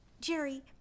Jerry